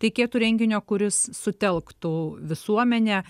reikėtų renginio kuris sutelktų visuomenę